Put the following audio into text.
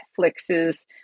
Netflix's